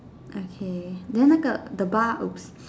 okay then ago the bar ops